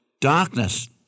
darkness